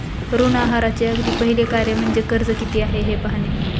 ऋण आहाराचे अगदी पहिले कार्य म्हणजे कर्ज किती आहे हे पाहणे